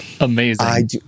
amazing